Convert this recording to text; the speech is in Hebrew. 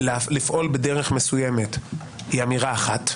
לפעול בדרך מסוימת היא אמירה אחת.